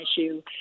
issue